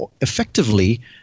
effectively